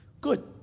Good